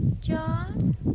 John